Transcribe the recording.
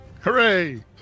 Hooray